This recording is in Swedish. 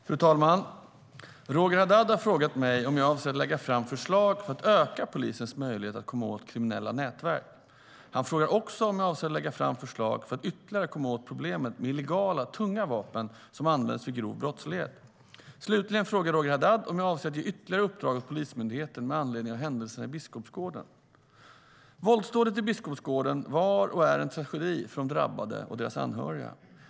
Fru talman! Roger Haddad har frågat mig om jag avser att lägga fram förslag för att öka polisens möjlighet att komma åt kriminella nätverk. Han frågar också om jag avser att lägga fram förslag för att ytterligare komma åt problemet med illegala tunga vapen som används vid grov brottslighet. Slutligen frågar Roger Haddad om jag avser att ge ytterligare uppdrag åt Polismyndigheten med anledning av händelserna i Biskopsgården.Våldsdådet i Biskopsgården var och är en tragedi för de drabbade och deras anhöriga.